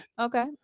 Okay